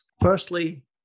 firstly